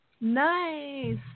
Nice